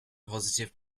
positive